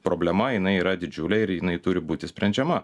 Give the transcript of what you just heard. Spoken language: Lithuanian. problema jinai yra didžiulė ir jinai turi būti sprendžiama